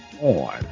on